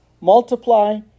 multiply